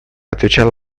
отвечала